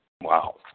Wow